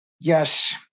Yes